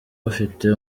bafite